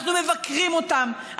אנחנו מבקרים אותם,